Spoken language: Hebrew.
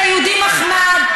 אתה יהודי מחמד.